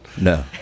no